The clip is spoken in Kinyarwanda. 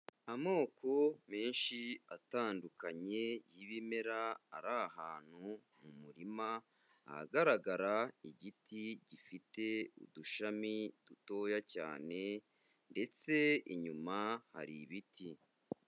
Amoko menshi atandukanye y'ibimera, ari ahantu mu murima ahagaragara igiti gifite udushami dutoya cyane ndetse inyuma hari ibiti.